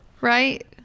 Right